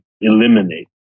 eliminate